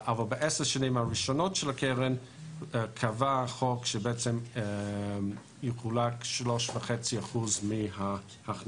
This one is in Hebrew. אבל בעשר השנים הראשונות של הקרן החוק קבע שיחולקו 3.5% מההכנסות